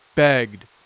Begged